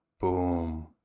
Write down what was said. Boom